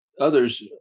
Others